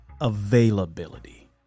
availability